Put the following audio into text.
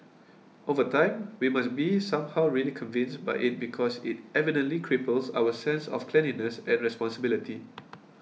over time we must be somehow really convinced by it because it evidently cripples our sense of cleanliness and responsibility